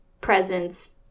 presents